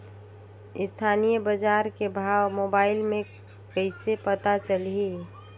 स्थानीय बजार के भाव मोबाइल मे कइसे पता चलही?